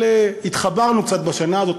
אבל התחברנו קצת בשנה הזאת,